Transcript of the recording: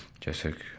Jessica